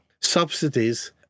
Subsidies